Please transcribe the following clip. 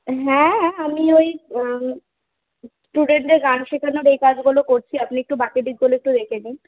হ্যাঁ আমি ওই স্টুডেন্টদের গান শেখানোর এই কাজগুলো করছি আপনি একটু বাকি দিকগুলো একটু দেখে নিন